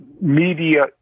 media